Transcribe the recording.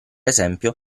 esempio